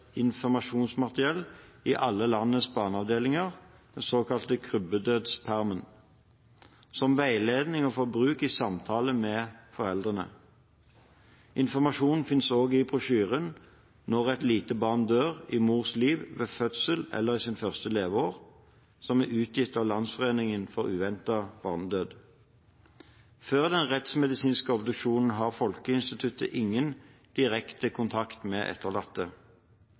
informasjonsmateriell i alle landets barneavdelinger, den såkalte Krybbedødspermen – som veiledning og for bruk i samtale med foreldrene. Informasjonen finnes også i brosjyren «Når et lite barn dør: i mors liv, ved fødselen eller i sine første leveår», som er utgitt av Landsforeningen uventet barnedød. Før den rettsmedisinske obduksjonen har Folkehelseinstituttet ingen direkte kontakt med etterlatte.